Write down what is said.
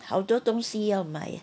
好多东西要买